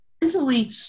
mentally